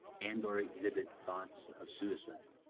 and or exhibit thoughts of suicide.